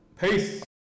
Peace